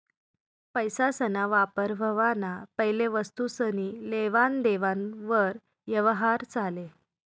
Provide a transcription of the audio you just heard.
पैसासना वापर व्हवाना पैले वस्तुसनी लेवान देवान वर यवहार चाले